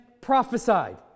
prophesied